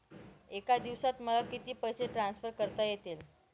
एका दिवसात मला किती पैसे ट्रान्सफर करता येतील?